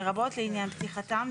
לרבות לעניין פתיחתם,